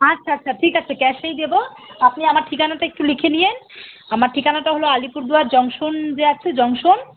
আচ্ছা আচ্ছা ঠিক আছে ক্যাশেই দেবো আপনি আমার ঠিকানাটা একটু লিখে নিন আমার ঠিকানাটা হলো আলিপুরদুয়ার জংশন যে আছে জংশন